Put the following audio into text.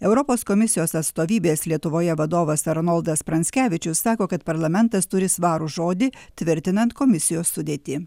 europos komisijos atstovybės lietuvoje vadovas arnoldas pranckevičius sako kad parlamentas turi svarų žodį tvirtinant komisijos sudėtį